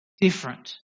different